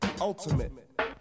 Ultimate